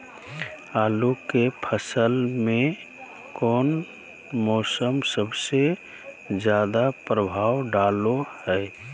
आलू के फसल में कौन मौसम सबसे ज्यादा प्रभाव डालो हय?